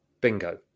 bingo